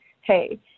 Hey